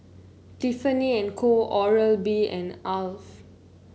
Tiffany And Co Oral B and Alf